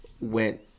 went